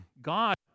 God